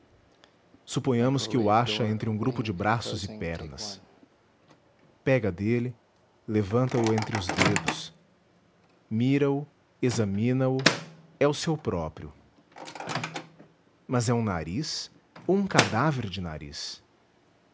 suponhamos que o acha entre um grupo de braços e pernas pega dele levanta o entre os dedos mira o examina o é o seu próprio mas é um nariz ou um cadáver de nariz